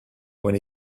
when